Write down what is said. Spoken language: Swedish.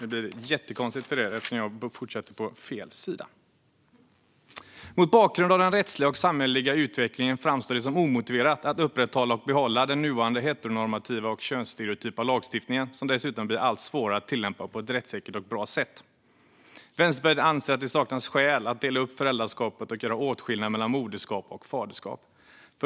Mot bakgrund av den rättsliga och samhälleliga utvecklingen framstår det som omotiverat att upprätthålla och behålla den nuvarande heteronormativa och könsstereotypa lagstiftningen, som dessutom blir allt svårare att tillämpa på ett rättssäkert och bra sätt. Vänsterpartiet anser att det saknas skäl att dela upp föräldraskapet och göra åtskillnad mellan moderskap och faderskap.